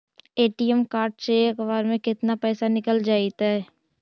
ATM card से एक बार में केतना पैसा निकल जइतै?